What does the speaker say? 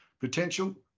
potential